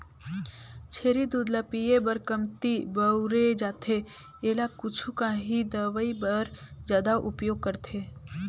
छेरी दूद ल पिए बर कमती बउरे जाथे एला कुछु काही दवई बर जादा उपयोग करथे